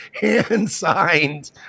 hand-signed